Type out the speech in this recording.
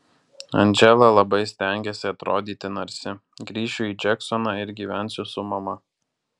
andžela labai stengiasi atrodyti narsi grįšiu į džeksoną ir gyvensiu su mama